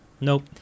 Nope